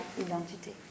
identité